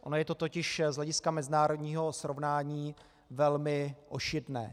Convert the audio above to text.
Ono je to totiž z hlediska mezinárodního srovnání velmi ošidné.